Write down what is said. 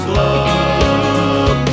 love